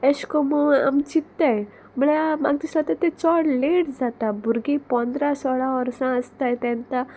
एशकोमो आम चिंत्ताय म्हळ्यार म्हाका दिसता तें चोड लेट जाता भुरगीं पोंदरा सोळा ओर्सां आसताय तेन्था